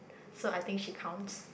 so I think she counts